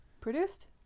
Produced